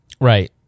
Right